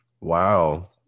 Wow